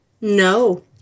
no